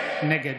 נגד